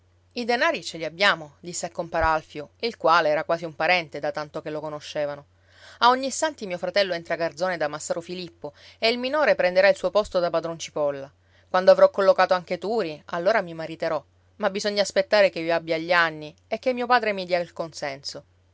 i denari ce li abbiamo disse a compar alfio il quale era quasi un parente da tanto che lo conoscevano a ognissanti mio fratello entra garzone da massaro filippo e il minore prenderà il suo posto da padron cipolla quando avrò collocato anche turi allora mi mariterò ma bisogna aspettare che io abbia gli anni e che mio padre mi dia il consenso